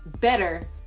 better